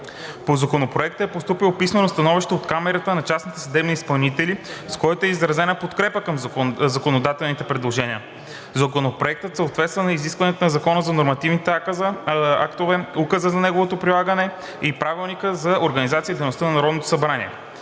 По Законопроекта е постъпило писмено становище от Камарата на частните съдебни изпълнители, с което е изразена подкрепа към законодателните предложения. Законопроектът съответства на изискванията на Закона за нормативните актове, указа за неговото прилагане и Правилника за организацията и дейността на Народното събрание.